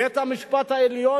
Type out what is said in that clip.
בית-המשפט העליון,